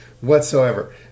whatsoever